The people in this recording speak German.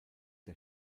der